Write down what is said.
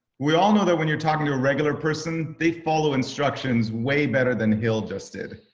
we all know that when you're talking to a regular person, they follow instructions way better than hill just did.